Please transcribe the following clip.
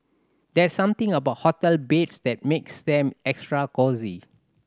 there's something about hotel beds that makes them extra cosy